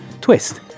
twist